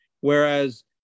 Whereas